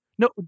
No